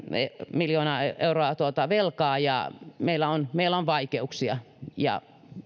miljoonaa euroa velkaa ja meillä on meillä on vaikeuksia